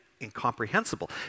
incomprehensible